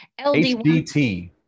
HDT